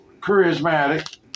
charismatic